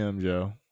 Joe